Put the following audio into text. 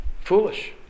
Foolish